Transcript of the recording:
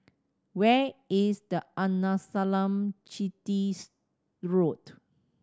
where is the Arnasalam Chettys Road